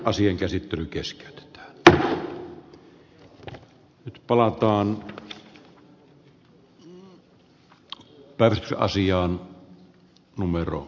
asian käsittely keskeytetään